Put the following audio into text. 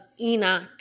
Enoch